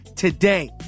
Today